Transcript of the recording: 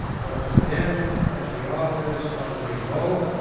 were condemned as the authors of the revolt,